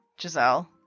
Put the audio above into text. Giselle